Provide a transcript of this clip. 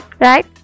right